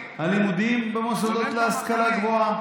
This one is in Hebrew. הלימודים במוסדות להשכלה גבוהה.